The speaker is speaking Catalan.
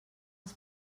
els